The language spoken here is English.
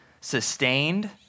sustained